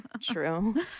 True